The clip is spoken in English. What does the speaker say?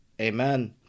Amen